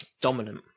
dominant